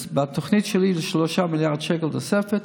בתוכנית שלי זה 3 מיליארד שקל תוספת.